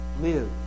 Live